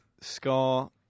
...scar